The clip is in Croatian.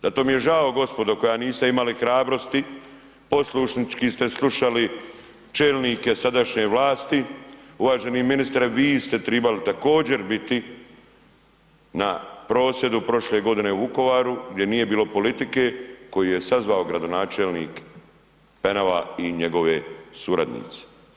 Zato mi je žao gospodo koja niste imali hrabrosti poslušnički ste slušali čelnike sadašnje vlasti, uvaženi ministre vi ste tribali također biti na prosvjedu prošle godine u Vukovaru gdje nije bilo politike koju je sazvao gradonačelnik Penava i njegovi suradnici.